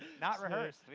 not rehearsed.